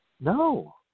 No